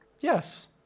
Yes